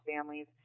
families